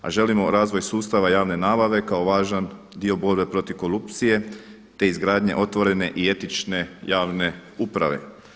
A želimo razvoj sustava javne nabave kao važan dio borbe protiv korupcije te izgradnje otvorene i etične javne uprave.